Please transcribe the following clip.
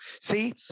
See